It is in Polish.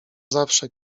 zawsze